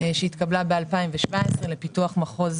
שהתקבלה ב-2017 לפיתוח מחוז